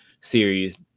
series